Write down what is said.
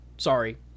sorry